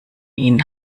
ihnen